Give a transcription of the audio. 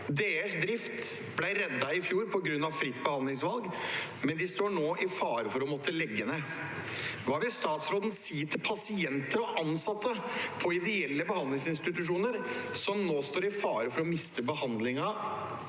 Driften ble reddet i fjor på grunn fritt behandlingsvalg, men klinikken står nå i fare for å måtte legge ned. Hva vil statsråden si til pasienter og ansatte ved ideelle behandlingsinstitusjoner som nå står i fare for å miste behandlingen